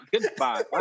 Goodbye